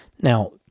Now